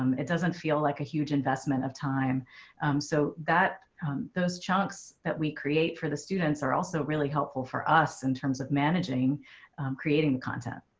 um it doesn't feel like a huge investment of time so that those chunks that we create for the students are also really helpful for us in terms of managing creating content.